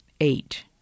eight